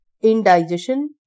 indigestion